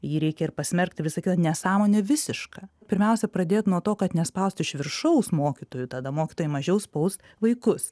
jį reikia ir pasmerkt ir visą kitą nesąmonė visiška pirmiausia pradėt nuo to kad nespaust iš viršaus mokytojų tada mokytojai mažiau spaus vaikus